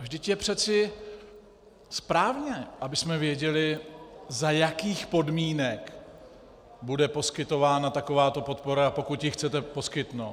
Vždyť je přece správné, abychom věděli, za jakých podmínek bude poskytována takováto podpora, pokud ji chcete poskytnout.